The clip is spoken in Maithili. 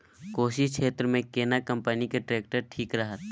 कोशी क्षेत्र मे केना कंपनी के ट्रैक्टर ठीक रहत?